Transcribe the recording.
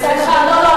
סליחה, לא.